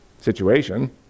situation